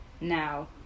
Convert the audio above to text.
now